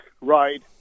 ride